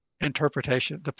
interpretation